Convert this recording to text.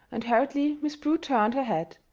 and hurriedly miss prue turned her head.